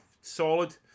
solid